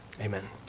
amen